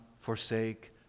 forsake